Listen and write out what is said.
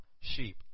sheep